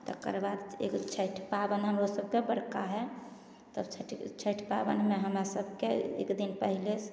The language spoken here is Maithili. तकर बाद एगो छठि पाबनि हमरोसभकेँ बड़का हइ तब छठि छठि पाबनिमे हमरासभकेँ एकदिन पहिले